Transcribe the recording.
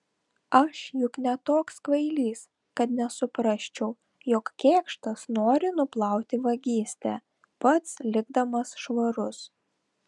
aš juk ne toks kvailys kad nesuprasčiau jog kėkštas nori nuplauti vagystę pats likdamas švarus